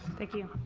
thank you.